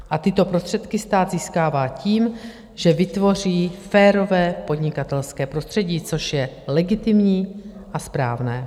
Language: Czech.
A tyto prostředky stát získává tím, že vytvoří férové podnikatelské prostředí, což je legitimní a správné.